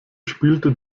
spielte